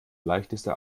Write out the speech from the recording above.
leichteste